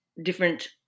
Different